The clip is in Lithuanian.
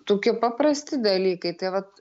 tokie paprasti dalykai tai vat